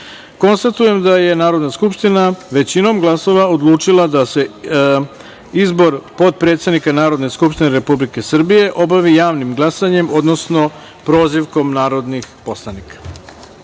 troje. Konstatujem da je Narodna skupština većinom glasova odlučila da se izbor potpredsednika Narodne skupštine Republike Srbije obavi javnim glasanjem, odnosno prozivkom narodnih poslanika. Pošto